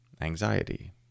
anxiety